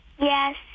Yes